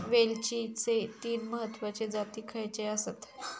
वेलचीचे तीन महत्वाचे जाती खयचे आसत?